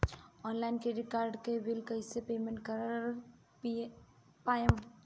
Online credit card के bill कइसे payment कर पाएम?